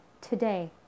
today